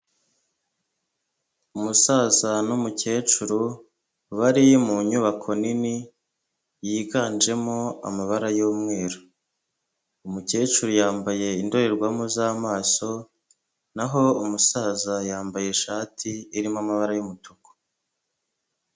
Umusaza n'umukecuru bari mu nyubako nini yiganjemo amabara y'umweru, umukecuru yambaye indorerwamo z'amaso naho umusaza yambaye ishati irimo amabara y'umutuku.